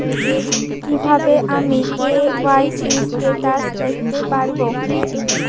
কিভাবে আমি KYC status দেখতে পারবো?